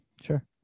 Sure